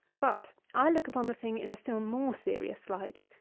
but, i look upon the thing in a still more serious light.